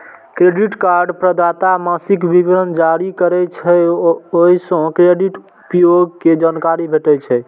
credit card प्रदाता मासिक विवरण जारी करै छै, ओइ सं क्रेडिट उपयोग के जानकारी भेटै छै